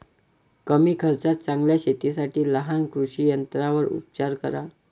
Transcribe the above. कमी खर्चात चांगल्या शेतीसाठी लहान कृषी यंत्रांवर उपचार करा